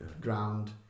ground